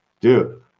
Dude